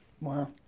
Wow